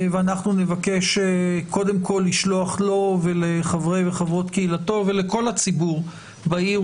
ואנחנו נבקש קודם כול לשלוח לו ולחברי וחברות קהילתו ולכל הציבור בעיר